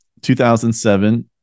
2007